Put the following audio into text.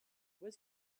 was